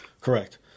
correct